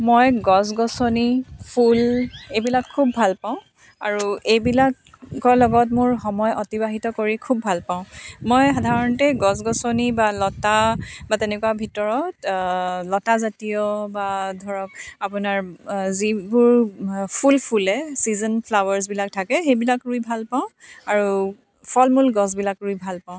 মই গছ গছনি ফুল এইবিলাক খুব ভাল পাওঁ আৰু এইবিলাকৰ লগত মোৰ সময় অতিবাহিত কৰি খুব ভাল পাওঁ মই সাধাৰণতে গছ গছনি বা লতা বা তেনেকুৱা ভিতৰত লতা জাতীয় বা ধৰক আপোনাৰ যিবোৰ ফুল ফুলে ছিজন ফ্লাৱাৰছ বিলাক থাকে সেইবিলাক ৰুই ভাল পাওঁ আৰু ফলমূল গছবিলাক ৰুই ভাল পাওঁ